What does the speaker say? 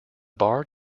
bar